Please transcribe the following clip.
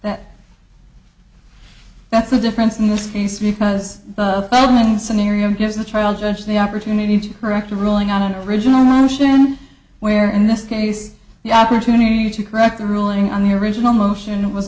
that that's the difference in this case because the only scenario gives the trial judge the opportunity to correct a ruling on an original luncheon where in this case the opportunity to correct a ruling on the original motion was